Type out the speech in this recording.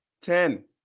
ten